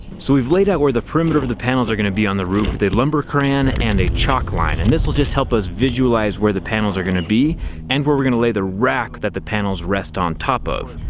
so we've laid out where the perimeter of of the panels are going to be on the roof with a lumber crayon and a chalk line, and this will just help us visualize where the panels are going to be and where we're going to lay the rack that the panels rest on top of.